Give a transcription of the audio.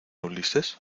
ulises